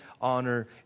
honor